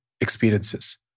experiences